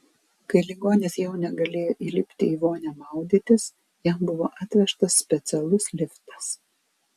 kai ligonis jau negalėjo įlipti į vonią maudytis jam buvo atvežtas specialus liftas